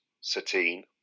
Satine